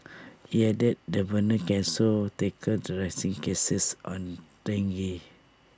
he added the burners can also tackle the rising cases on dengue